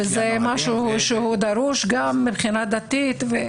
זה משהו שדרוש מבחינה דתית.